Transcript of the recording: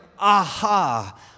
aha